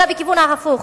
אלא בכיוון ההפוך,